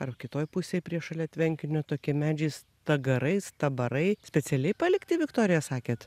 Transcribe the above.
ar kitoj pusėj prie šalia tvenkinio tokie medžiais stagarai stabarai specialiai palikti viktorija sakėt